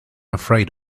afraid